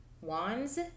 wands